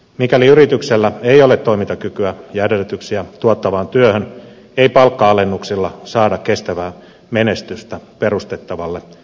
mikäli yrityksellä ei ole toimintakykyä ja edellytyksiä tuottavaan työhön ei palkka alennuksilla saada kestävää menestystä perustettavalle yhtiölle